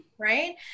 Right